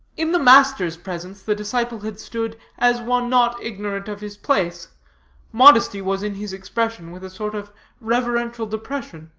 in the master's presence the disciple had stood as one not ignorant of his place modesty was in his expression, with a sort of reverential depression.